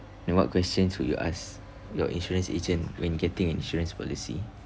then what questions would you ask your insurance agent when getting an insurance policy